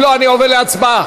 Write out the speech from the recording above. אם לא, אני עובר להצבעה.